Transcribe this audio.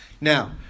Now